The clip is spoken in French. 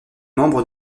membre